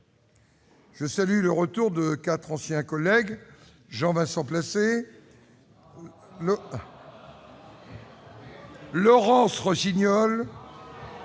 Je salue le retour de nos quatre anciens collègues M. Jean-Vincent Placé, Mme Laurence Rossignol,